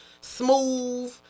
Smooth